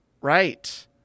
Right